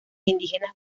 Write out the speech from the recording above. indígenas